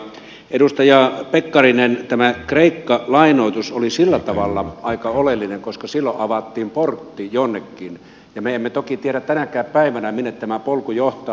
edustaja pekkarinen tämä kreikka lainoitus oli sillä tavalla aika oleellinen koska silloin avattiin portti jonnekin mutta me emme toki tiedä tänäkään päivänä minne tämä polku johtaa